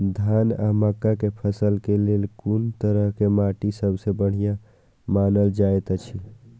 धान आ मक्का के फसल के लेल कुन तरह के माटी सबसे बढ़िया मानल जाऐत अछि?